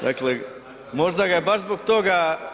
Dakle, možda ga je baš zbog toga…